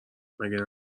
مگه